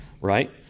Right